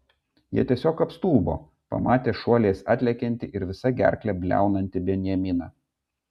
jie tiesiog apstulbo pamatę šuoliais atlekiantį ir visa gerkle bliaunantį benjaminą